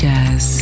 Jazz